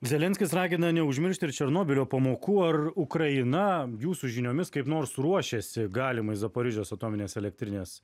zelenskis ragina neužmiršti ir černobylio pamokų ar ukraina jūsų žiniomis kaip nors ruošiasi galimai zaporižės atominės elektrinės